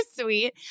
sweet